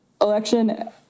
election